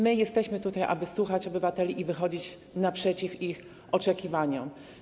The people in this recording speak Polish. My jesteśmy tutaj, aby słuchać obywateli i wychodzić naprzeciw ich oczekiwaniom.